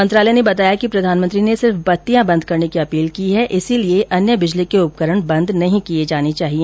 मंत्रालय ने बताया कि प्रधानमंत्री ने सिर्फ बत्तीयां बंद करने की अपील की है इसलिए अन्य बिजली के उपकरण बंद नहीं किए जाने चाहिए